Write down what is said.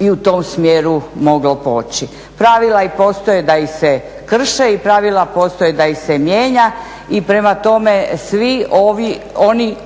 i u tom smjeru moglo poći. Pravila i postoje da ih se krše i pravila postoje da ih se mijenja. I šprema tome, svi oni koji